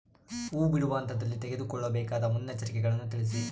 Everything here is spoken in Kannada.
ಹೂ ಬಿಡುವ ಹಂತದಲ್ಲಿ ತೆಗೆದುಕೊಳ್ಳಬೇಕಾದ ಮುನ್ನೆಚ್ಚರಿಕೆಗಳನ್ನು ತಿಳಿಸಿ?